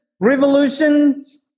revolutions